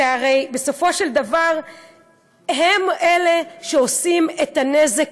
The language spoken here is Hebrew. הרי בסופו של דבר הם אלה שעושים את הנזק